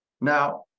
Now